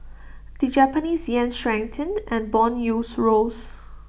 the Japanese Yen strengthened and Bond yields rose